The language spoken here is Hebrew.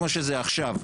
כמו שזה עכשיו,